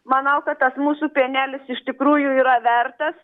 manau kad tas mūsų pienelis iš tikrųjų yra vertas